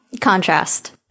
contrast